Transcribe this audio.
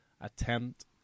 attempt